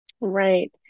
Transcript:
right